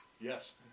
Yes